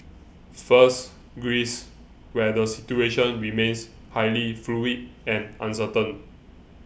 first Greece where the situation remains highly fluid and uncertain